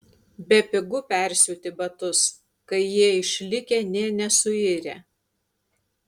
bepigu persiūti batus kai jie išlikę nė nesuirę